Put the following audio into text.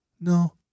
No